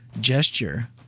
gesture